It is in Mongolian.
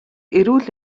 эрүүл